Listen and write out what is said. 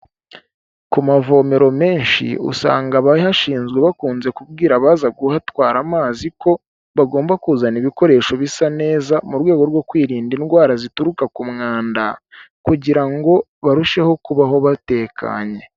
Ku mavomero menshi usanga abahashinzwe bakunze kubwira abaza kuhatwara amazi ko bagomba kuzana ibikoresho bisa neza mu rwego rwo kwirinda indwara zituruka ku mwanda, kugira ngo barusheho kubaho batekanye.